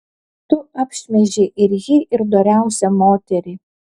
tu apšmeižei ir jį ir doriausią moterį